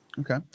Okay